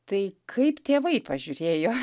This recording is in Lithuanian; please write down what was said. tai kaip tėvai pažiūrėjo